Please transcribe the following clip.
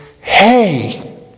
Hey